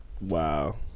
Wow